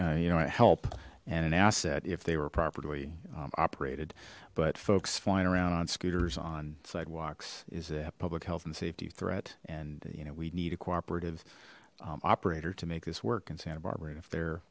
know help and an asset if they were properly operated but folks flying around on scooters on sidewalks is a public health and safety threat and you know we need a cooperative operator to make this work in santa barbara and if they're